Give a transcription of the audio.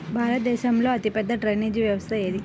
భారతదేశంలో అతిపెద్ద డ్రైనేజీ వ్యవస్థ ఏది?